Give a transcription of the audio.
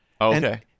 Okay